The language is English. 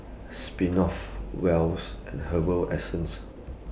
Smirnoff Well's and Herbal Essences